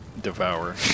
devour